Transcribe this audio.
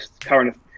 current